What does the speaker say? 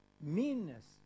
meanness